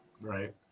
Right